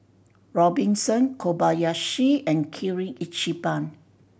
Robinson Kobayashi and Kirin Ichiban